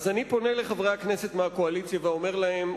אני פונה לחברי הכנסת מהקואליציה ואומר להם,